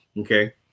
Okay